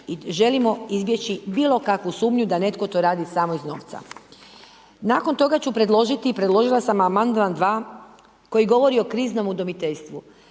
i želimo izbjeći bilo kakvu sumnju da netko to radi samo iz novca. Nakon toga ću predložiti i predložila sam Amandman 2 koji govori o kriznom udomiteljstvu.